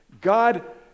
God